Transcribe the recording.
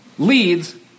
leads